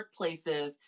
workplaces